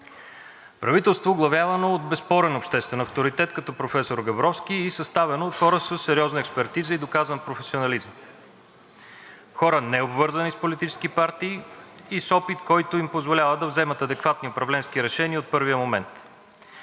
правителство, оглавявано от безспорен обществен авторитет като професор Габровски, и съставено от хора със сериозна експертиза и доказан професионализъм, хора, необвързани с политически партии, и с опит, който им позволява да вземат адекватни управленски решения от първия момент.